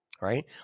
Right